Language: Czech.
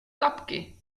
tlapky